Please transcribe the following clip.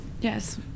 Yes